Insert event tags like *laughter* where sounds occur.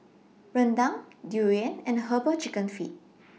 Rendang Durian and Herbal Chicken Feet *noise*